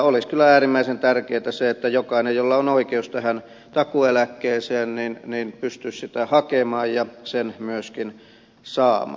olisi kyllä äärimmäisen tärkeätä se että jokainen jolla on oikeus tähän takuueläkkeeseen pystyisi sitä hakemaan ja sen myöskin saamaan